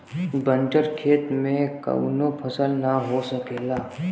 बंजर खेत में कउनो फसल ना हो सकेला